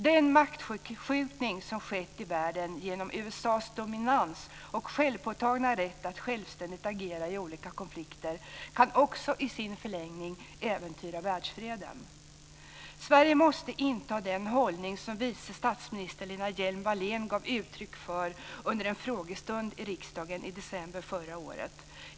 Den maktförskjutning som skett i världen genom USA:s dominans och självpåtagna rätt att självständigt agera i olika konflikter kan också i sin förlängning äventyra världsfreden. Sverige måste inta den hållning som vice statsminister Lena Hjelm-Wallén gav uttryck för under en frågestund i riksdagen i december förra året.